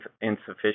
insufficient